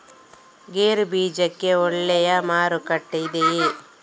ಗೇರು ಬೀಜಕ್ಕೆ ಒಳ್ಳೆಯ ಮಾರುಕಟ್ಟೆ ಇದೆಯೇ?